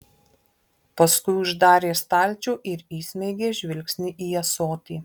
paskui uždarė stalčių ir įsmeigė žvilgsnį į ąsotį